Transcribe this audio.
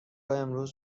امروز